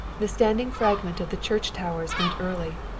the standing fragment of the church towers went early.